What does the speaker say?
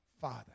Father